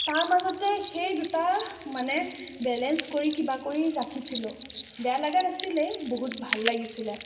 তাৰ মাজতেই সেই দুটা মানে বেলেঞ্চ কৰি কিবা কৰি ৰাখিছিলোঁ বেয়া লাগা নাছিলে বহুত ভাল লাগিছিলে